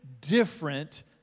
different